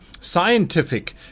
scientific